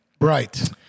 Right